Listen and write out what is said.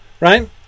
right